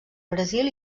brasil